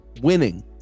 winning